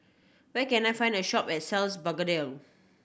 where can I find a shop and sells Blephagel